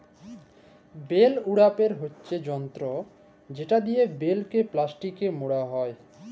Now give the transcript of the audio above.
bell উড়াপের হচ্যে যন্ত্র যেটা লিয়ে বেলকে প্লাস্টিকে মড়া হ্যয়